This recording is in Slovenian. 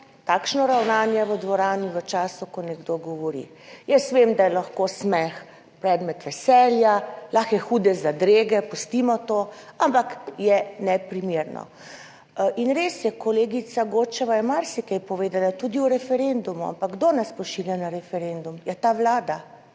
takšno ravnanje v dvorani v času, ko nekdo govori. Jaz vem, da je lahko smeh predmet veselja - lahko je hude zadrege, pustimo to -, ampak je neprimerno. In res je, kolegica Godčeva je marsikaj povedala tudi o referendumu, ampak kdo nas pošilja na referendum? Ja, ta Vlada,